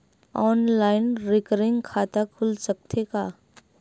Online recurring खाता खुल सकथे का?